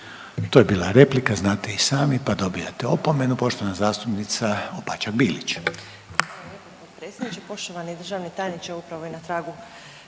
To je bila replika znate i sami pa dobijate opomenu. Poštovana zastupnica Opačak Bilić.